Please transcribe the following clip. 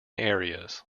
areas